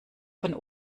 von